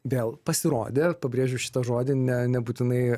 vėl pasirodė pabrėžiu šitą žodį ne nebūtinai